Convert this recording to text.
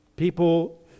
People